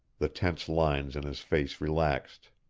the tense lines in his face relaxed.